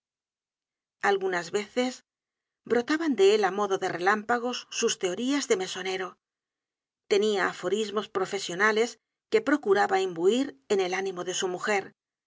algunas veces brotaban de él á modo de relámpagos sus teorías do mesonero tenia aforismos profesionales que procuraba imbuir en el ánimo de su mujer